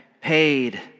paid